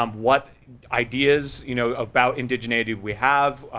um what ideas, you know, about indigeneity we have,